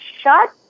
shut